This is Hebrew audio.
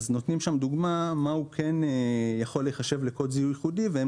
נותנים שם דוגמה מה כן יכול להיחשב לקוד זיהוי ייחודי והם